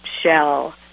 shell